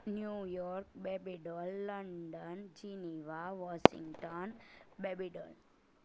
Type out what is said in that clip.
new York baby doll London ચીનીવા Washington babydoll